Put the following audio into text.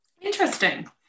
Interesting